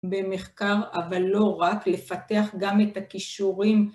במחקר, אבל לא רק, לפתח גם את הכישורים